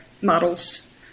models